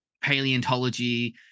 paleontology